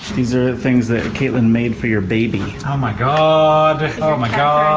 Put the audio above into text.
these are things that katelyn made for your baby. oh my god! oh my god!